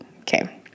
okay